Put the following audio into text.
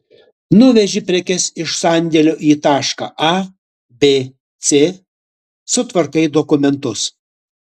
nuveži prekes iš sandėlio į tašką a b c sutvarkai dokumentus